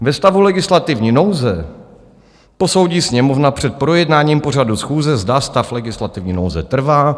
Ve stavu legislativní nouze posoudí Sněmovna před projednáním pořadu schůze, zda stav legislativní nouze trvá.